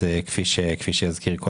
כמו שנאמר,